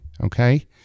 Okay